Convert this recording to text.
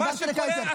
דיברת דקה יותר.